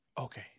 Okay